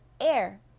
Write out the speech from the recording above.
air